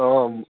অঁ